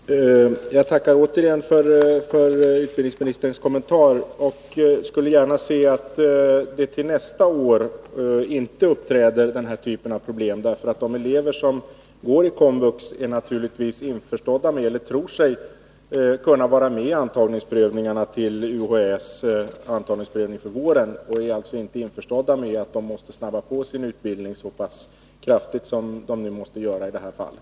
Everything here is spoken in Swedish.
Herr talman! Jag tackar återigen för utbildningsministerns kommentar och skulle gärna se att den här typen av problem inte inträder nästa år. De elever som går i KOMVUX tror sig naturligtvis kunna vara med i UHÄ:s antagningsprövning för våren. De är alltså inte införstådda med att de måste snabba på sin utbildning så pass kraftigt som de nu måste göra i det här fallet.